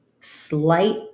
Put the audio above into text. slight